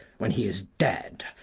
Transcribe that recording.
when he is dead,